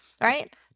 right